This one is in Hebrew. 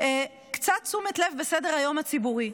קצת תשומת לב בסדר היום הציבורי.